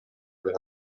della